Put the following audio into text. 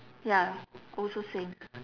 ya also same